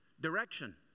Direction